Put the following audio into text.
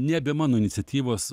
nebe mano iniciatyvos